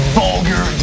vulgar